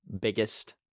biggest